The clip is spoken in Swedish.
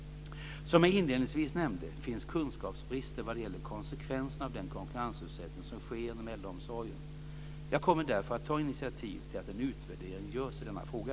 Som jag inledningsvis nämnde finns kunskapsbrister vad gäller konsekvenserna av den konkurrensutsättning som sker inom äldreomsorgen. Jag kommer därför att ta initiativ till att en utvärdering görs i denna fråga.